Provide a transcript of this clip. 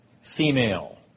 female